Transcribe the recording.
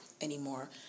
anymore